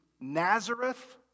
Nazareth